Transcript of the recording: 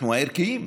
אנחנו הערכיים.